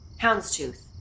Houndstooth